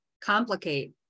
complicate